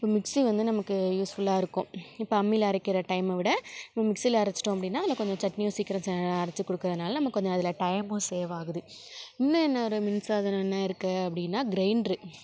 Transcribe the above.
mixie வந்து நமக்கு யூஸ்ஃபுல்லாக இருக்கும் இப்போ அம்மியில் அரைக்கிற டைமை விட இப்போ மிக்ஸியில் அரைச்சுட்டோம் அப்படின்னா அதில் கொஞ்சம் சட்டினியும் சீக்கிரம் அரைத்து கொடுக்குறதுனால நமக்கு கொஞ்சம் அதில் டைமும் சேவ் ஆகுது இன்னும் என்ன ஒரு மின்சாதம் என்ன இருக்குதுன்னா அப்படின்னா க்ரைண்ட்ரு